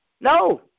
No